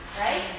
right